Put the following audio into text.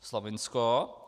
Slovinsko.